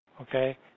okay